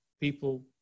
People